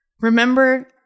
Remember